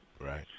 Right